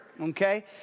okay